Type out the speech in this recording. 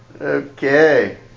Okay